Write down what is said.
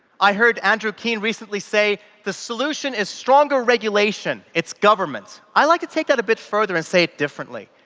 i heard andrew keen recently say, the solution is stronger regulation, it's governments. i'd like to take that a bit further and say it differently.